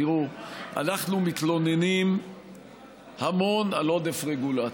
תראו, אנחנו מתלוננים המון על עודף רגולציה.